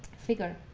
figure.